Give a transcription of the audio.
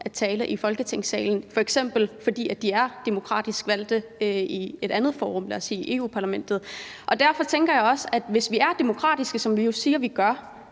at tale i Folketingssalen, f.eks. fordi man er demokratisk valgt i et andet forum, lad os sige Europa-Parlamentet. Og derfor tænker jeg også, at hvis vi er demokratiske, som vi jo siger vi er,